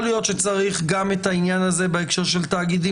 היא מתייחסת גם לשאלת היכולת של הבן אדם לעשות שימוש ליכולת